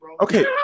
Okay